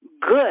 good